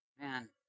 Man